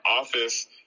office